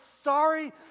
sorry